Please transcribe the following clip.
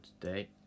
today